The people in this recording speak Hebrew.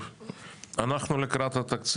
שלום.